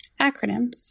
Acronyms